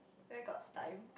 where got time